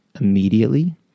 immediately